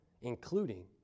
including